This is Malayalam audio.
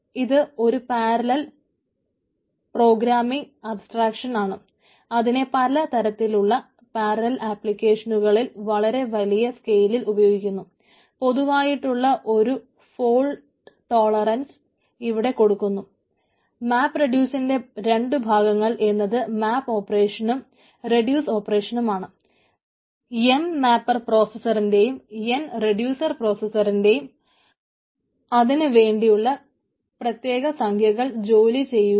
ഇത് ഒരു പാരലൽ പ്രോഗ്രാമിംഗ് അബ്സ്ട്രാക്ഷൻ